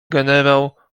generał